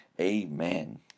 Amen